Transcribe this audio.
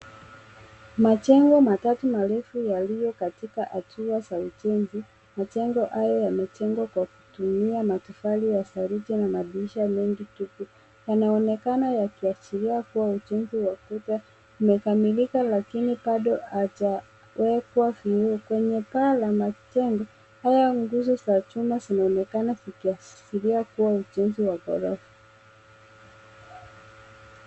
Majengo matatu marefu yaliyo katika hatua za ujenzi, majengo haya yamejengwa kwa kutumia matofali ya saruji na madirisha mengi tupu. Yanaonekana yakiashirira kuwa ujenzi wa kuta umekamilika, lakini bado atawekwa vioo. Kwenye paa la majengo haya, nguzo za chuma zinaonekana zikiashiria kuwa ni ujenzi wa forex.